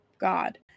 God